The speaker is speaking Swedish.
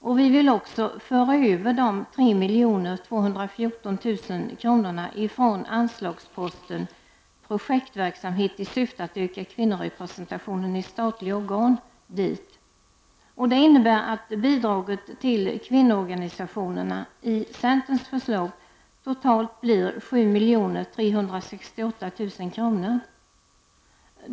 Vi vill också föra över dit 3 214 000 kr. från anslaget gällande projektverksamhet i syfte att öka kvinnorepresentationen i statliga organ. Det innebär att bidraget till kvinnoorganisationerna i centerns förslag totalt blir 7 368 000 kr.